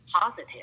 positive